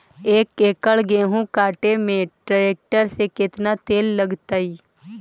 एक एकड़ गेहूं काटे में टरेकटर से केतना तेल लगतइ?